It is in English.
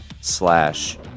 slash